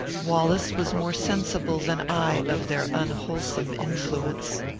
wallace was more sensible than i of their unwholesome influence.